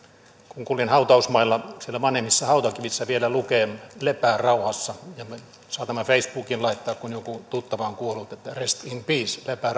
kun kuljen hautausmailla siellä vanhemmissa hautakivissä vielä lukee lepää rauhassa ja me saatamme facebookiin laittaa kun joku tuttava on kuollut että rest in peace lepää